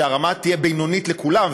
שהרמה תהיה בינונית לכולם,